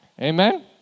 Amen